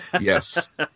Yes